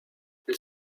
elle